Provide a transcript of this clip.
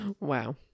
Wow